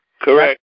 Correct